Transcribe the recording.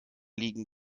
liegen